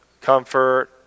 comfort